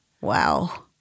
Wow